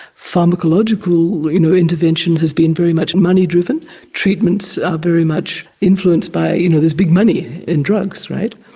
pharmacological you know intervention has been very much money driven treatments are very much influenced by, you know, there's big money in drugs, right?